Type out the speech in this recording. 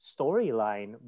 storyline